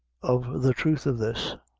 of the truth of this,